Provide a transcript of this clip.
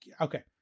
Okay